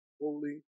holy